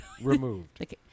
removed